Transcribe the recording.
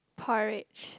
porridge